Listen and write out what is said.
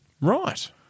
Right